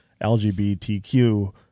LGBTQ